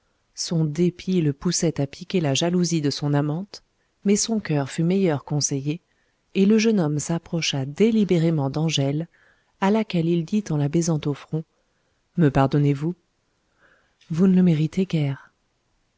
son dépit le poussait à piquer la jalousie de son amante mais son coeur fut meilleur conseiller et le jeune homme s'approcha délibérément d'angèle à laquelle il dit en la baisant au front me pardonnez-vous vous ne le méritez